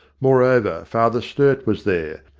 moreover, father sturt was there,